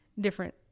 different